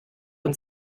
und